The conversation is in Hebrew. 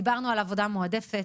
דיברנו על עבודה מועדפת,